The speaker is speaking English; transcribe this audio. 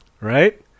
right